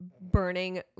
burning